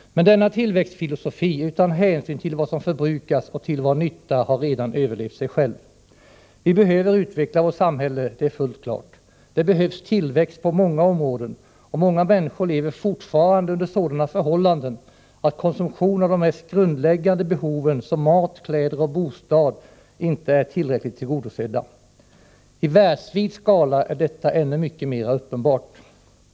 Men denna tillväxtfilosofi utan hänsyn till vad som förbrukas och till vad nytta har redan överlevt sig själv. Vi behöver utveckla vårt samhälle — det är fullt klart. Det behövs tillväxt på många områden, och många människor lever fortfarande under sådana förhållanden att konsumtionen av det mest grundläggande som mat, kläder och bostad inte är tillräckligt tillgodosedd. I världsvid skala är detta ännu mycket mer uppenbart.